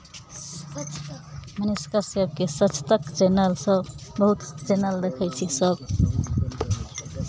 मनीष कश्यपके सच तक चैनलसभ बहुत चैनल देखै छियै सभ